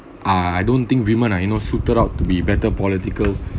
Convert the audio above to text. uh I don't think women ah you know suited out to be better political